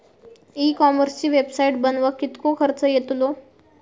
E कॉमर्सची website बनवक किततो खर्च येतलो?